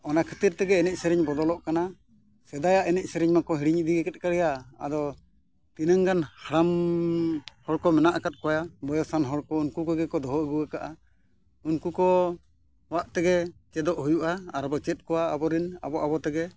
ᱚᱱᱟ ᱠᱷᱟᱹᱛᱤᱨ ᱛᱮᱜᱮ ᱮᱱᱮᱡ ᱥᱮᱨᱮᱧ ᱵᱚᱫᱚᱞᱚᱜ ᱠᱟᱱᱟ ᱥᱮᱫᱟᱭᱟᱜ ᱮᱱᱮᱡ ᱥᱮᱨᱮᱧ ᱢᱟᱠᱚ ᱦᱤᱲᱤᱧ ᱤᱫᱤᱭᱮᱫᱼᱟ ᱟᱫᱚ ᱛᱤᱱᱟᱹᱜ ᱜᱟᱱ ᱦᱟᱲᱟᱢᱻ ᱦᱚᱲ ᱠᱚ ᱢᱮᱱᱟᱜ ᱟᱠᱟᱫ ᱠᱚᱣᱟ ᱵᱚᱭᱮᱥᱟᱱ ᱦᱚᱲᱠᱚ ᱩᱱᱠᱩ ᱠᱚᱜᱮ ᱠᱚ ᱫᱚᱦᱚ ᱟᱹᱜᱩ ᱟᱠᱟᱫᱼᱟ ᱩᱱᱠᱩ ᱠᱚᱣᱟᱜ ᱛᱮᱜᱮ ᱪᱮᱫᱚᱜ ᱦᱩᱭᱩᱜᱼᱟ ᱟᱨ ᱵᱚᱱ ᱪᱮᱫ ᱟᱠᱚᱣᱟ ᱟᱵᱚᱨᱮᱱ ᱟᱵᱚ ᱟᱵᱚ ᱛᱮᱜᱮ